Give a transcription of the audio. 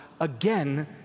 again